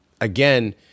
again